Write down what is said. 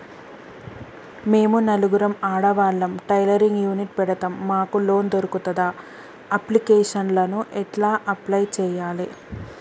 మేము నలుగురం ఆడవాళ్ళం టైలరింగ్ యూనిట్ పెడతం మాకు లోన్ దొర్కుతదా? అప్లికేషన్లను ఎట్ల అప్లయ్ చేయాలే?